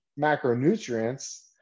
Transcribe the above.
macronutrients